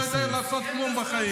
היום נפגשת עם בנט, מה הוא אמר לך?